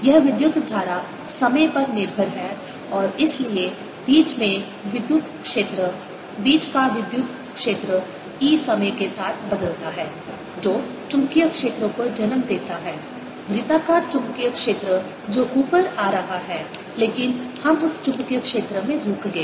यह विद्युत धारा समय पर निर्भर है और इसलिए बीच में विद्युत क्षेत्र बीच का विद्युत क्षेत्र E समय के साथ बदलता है जो चुंबकीय क्षेत्र को जन्म देता है वृत्ताकार चुंबकीय क्षेत्र जो ऊपर आ रहा है लेकिन हम उस चुंबकीय क्षेत्र में रुक गए